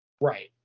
Right